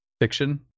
fiction